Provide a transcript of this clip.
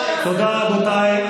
דקה אתה לא מסתדר בלעדינו.